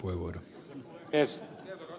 arvoisa puhemies